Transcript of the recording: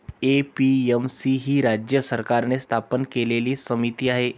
APMC ही राज्य सरकारने स्थापन केलेली समिती आहे